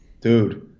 Dude